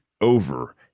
over